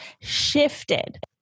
shifted